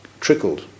trickled